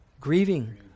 Grieving